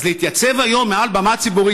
אז להתייצב היום מעל במה ציבורית,